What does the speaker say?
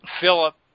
Philip